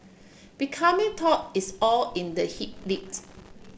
becoming taut is all in the hip lift